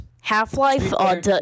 Half-Life